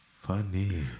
funny